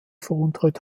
veruntreut